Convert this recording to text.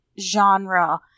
genre